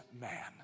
man